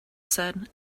said